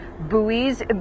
buoys